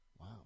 Wow